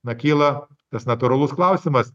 pakyla tas natūralus klausimas